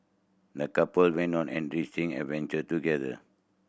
the couple went on an enriching adventure together